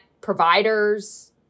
providers